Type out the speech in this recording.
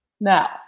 Now